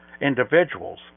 individuals